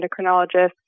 endocrinologist